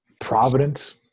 Providence